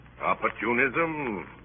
Opportunism